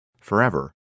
forever